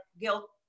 guilt